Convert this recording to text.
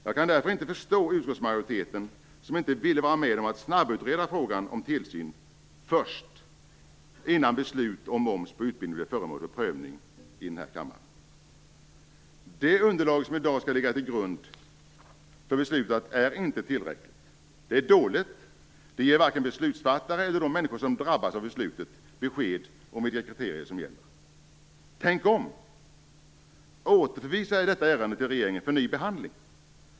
Jag kan därför inte förstå utskottsmajoriteten som inte ville vara med om att snabbutreda frågan om tillsyn först, innan beslut om moms på utbildning blev föremål för prövning i denna kammare. Det underlag som i dag skall ligga till grund för beslutet är inte tillräckligt. Det är dåligt. Det ger varken beslutsfattare eller de människor som drabbas av beslutet besked om vilka kriterier som gäller. Tänk om! Återförvisa detta ärende till regeringen för ny behandling.